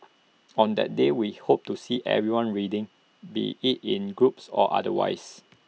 on that day we hope to see everyone reading be IT in groups or otherwise